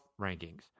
rankings